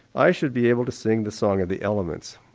i should be able to sing the song of the elements,